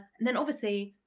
and then obviously,